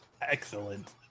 Excellent